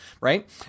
right